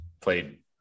Played